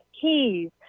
keys